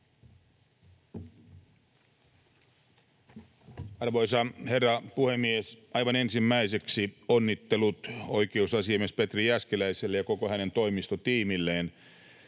Arvoisa herra puhemies! Aivan ensimmäiseksi onnittelut oikeusasiamies Petri Jääskeläiselle ja koko hänen toimistotiimilleen